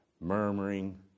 murmuring